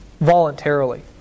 voluntarily